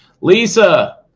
Lisa